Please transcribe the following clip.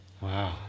Wow